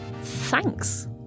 Thanks